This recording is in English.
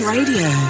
Radio